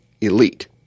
elite